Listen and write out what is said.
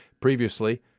Previously